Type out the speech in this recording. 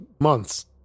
months